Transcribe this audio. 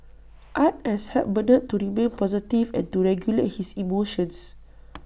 art has helped Bernard to remain positive and to regulate his emotions